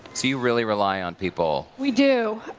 so you really rely on people. we do.